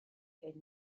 est